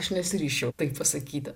aš nesiryžčiau taip pasakyti